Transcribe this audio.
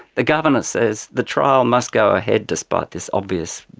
the governor says the trial must go ahead despite this obvious,